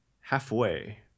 Halfway